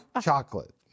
chocolate